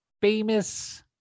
famous